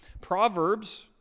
Proverbs